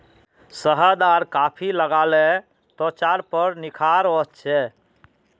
शहद आर कॉफी लगाले त्वचार पर निखार वस छे